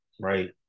right